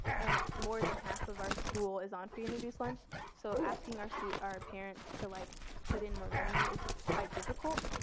and more than half of our school is on free and reduced lunch so asking our so our parents to like put in more money is quite difficult.